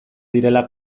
direla